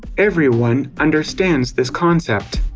everyone understands this concept.